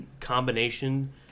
combination